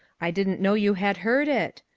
i didn't know you had heard it.